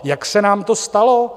Jak se nám to stalo?